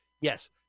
Yes